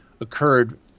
occurred